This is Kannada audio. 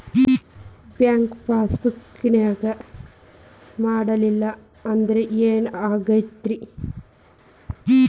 ಬ್ಯಾಂಕ್ ಪಾಸ್ ಬುಕ್ ಮಾಡಲಿಲ್ಲ ಅಂದ್ರೆ ಏನ್ ಆಗ್ತೈತಿ?